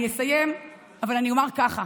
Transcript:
אני אסיים ואומר ככה: